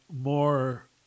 more